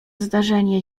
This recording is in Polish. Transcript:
zdarzenie